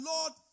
Lord